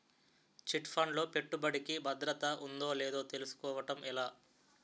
Chit fund లో పెట్టుబడికి భద్రత ఉందో లేదో తెలుసుకోవటం ఎలా?